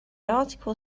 article